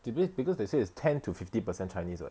becaus~ because they say is ten to fifty percent chinese [what]